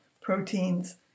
proteins